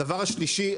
הדבר השלישי,